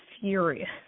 furious